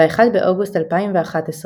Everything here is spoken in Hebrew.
ב-1 באוגוסט 2011,